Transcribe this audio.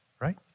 right